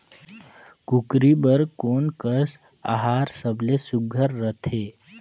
कूकरी बर कोन कस आहार सबले सुघ्घर रथे?